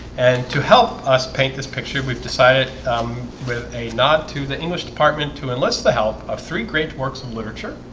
and to help us paint this picture we've decided with a nod to the english department to enlist the help of three great works of literature